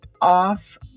Off